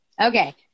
Okay